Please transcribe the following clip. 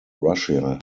russia